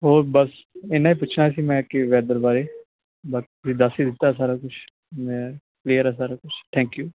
ਹੋਰ ਬਸ ਇੰਨਾ ਹੀ ਪੁੱਛਣਾ ਸੀ ਮੈਂ ਕੀ ਵੈਦਰ ਬਾਰੇ ਬਾਰੀ ਤੁਸੀਂ ਦੱਸ ਹੀ ਦਿੱਤਾ ਸਾਰਾ ਕੁਛ ਮੈਂ ਕਲੀਅਰ ਹੈ ਸਾਰਾ ਕੁਛ ਥੈਂਕ ਯੂ